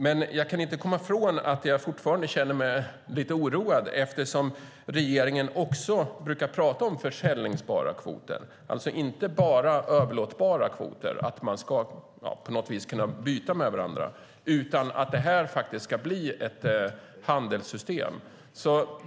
Men jag kan inte komma ifrån att jag fortfarande känner mig lite oroad, eftersom regeringen också brukar prata om säljbara kvoter, alltså inte bara överlåtbara kvoter som man på något vis kan byta med varandra, utan ett faktiskt handelssystem.